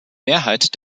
mehrheit